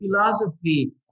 philosophy